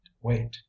wait